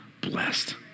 blessed